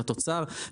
לתוצר,